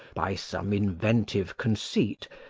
by some inventive conceit,